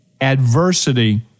adversity